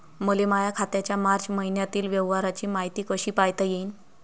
मले माया खात्याच्या मार्च मईन्यातील व्यवहाराची मायती कशी पायता येईन?